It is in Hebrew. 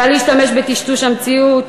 קל להשתמש בטשטוש המציאות,